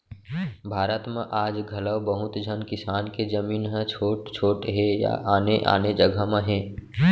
भारत म आज घलौ बहुत झन किसान के जमीन ह छोट छोट हे या आने आने जघा म हे